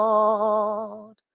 Lord